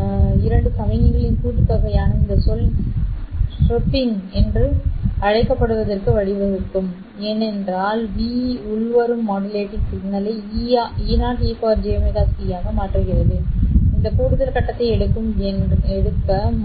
Signal 2Vл என்ற இரண்டு சமிக்ஞைகளின் கூட்டுத்தொகையான இந்த சொல் சிரிப்பிங் என அழைக்கப்படுவதற்கு வழிவகுக்கும் ஏனென்றால் V உள்வரும் மாடுலேட்டிங் சிக்னலை E0ejωst ஆக மாற்றுகிறது இந்த கூடுதல் கட்டத்தை எடுக்கும்